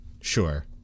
sure